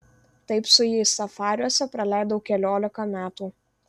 taip su jais safariuose praleidau keliolika metų